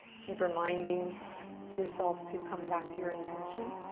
keep reminding yourself to come back to your intention.